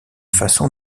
façon